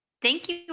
thank you,